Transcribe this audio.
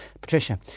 Patricia